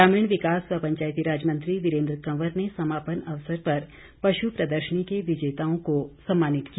ग्रामीण विकास व पंचायतीराज मंत्री वीरेन्द्र कंवर ने समापन अवसर पर पशु प्रदर्शनी के विजेताओं को सम्मानित किया